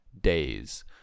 days